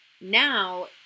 Now